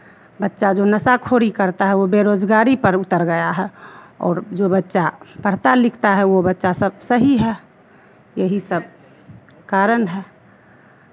बच्चा जो नशाखोरी करता है वो बेरोज़गारी पर उतर गया है और जो बच्चा पढ़ता लिखता है वो बच्चा सब सही है यही सब कारण है